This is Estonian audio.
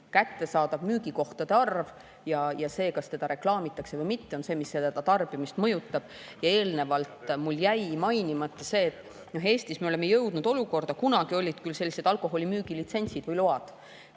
kättesaadavus, müügikohtade arv ja see, kas seda reklaamitakse või mitte, on need, mis tarbimist mõjutavad. Eelnevalt jäi mul mainimata see, et Eestis oleme me jõudnud olukorda – kunagi olid küll alkoholimüügilitsentsid või -load